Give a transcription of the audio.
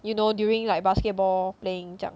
you know during like basketball playing 这样